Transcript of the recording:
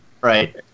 Right